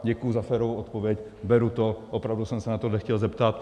Děkuju za férovou odpověď, beru to, opravdu jsem se na tohle chtěl zeptat.